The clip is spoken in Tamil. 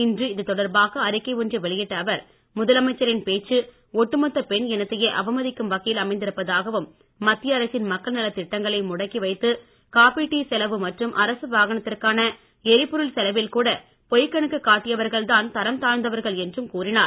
இன்று இது தொடர்பாக அறிக்கை ஒன்றை வெளியிட்ட அவர் முதலமைச்சரின் பேச்சு ஒட்டுமொத்த பெண் இனத்தையே அவமதிக்கும் வகையில் அமைந்திருப்பதாகவும் மத்திய அரசின் மக்கள் நலத் திட்டங்களை முடக்கி வைத்து காப்பி டீ செலவு மற்றும் அரசு வாகனத்திற்கான எரிபொருள் செலவில் கூட பொய்க் கணக்கு காட்டியவர்கள் தான் தரம் தாழ்ந்தவர்கள் என்றும் கூறினார்